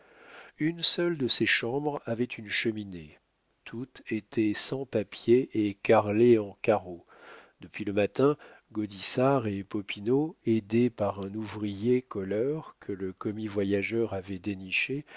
une seule de ces chambres avait une cheminée toutes étaient sans papier et carrelées en carreaux depuis le matin gaudissart et popinot aidés par un ouvrier colleur que le commis-voyageur avait déniché